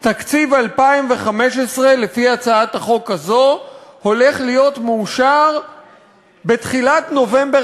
תקציב 2015 לפי הצעת החוק הזאת הולך להיות מאושר בתחילת נובמבר